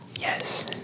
Yes